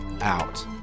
out